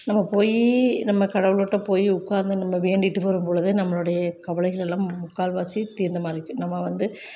நம்ம போய் நம்ம கடவுளுட்ட போய் உட்காந்து நம்ம வேண்டிட்டு வரும்பொழுது நம்மளுடைய கவலைகள் எல்லாம் முக்கால்வாசி தீர்ந்த மாதிரிக்கு நம்ம வந்து